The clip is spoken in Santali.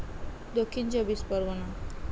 ᱫᱚᱠᱠᱷᱤᱱ ᱪᱚᱵᱵᱤᱥ ᱯᱚᱨᱜᱚᱱᱟ